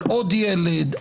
על עוד ילד,